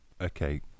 okay